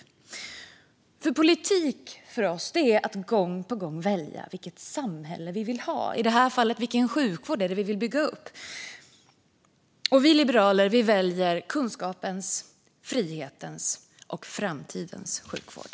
Politik för oss är att gång på gång välja vilket samhälle vi vill ha, i det här fallet vilken sjukvård vi vill bygga upp. Vi liberaler väljer kunskapens, frihetens och framtidens sjukvård.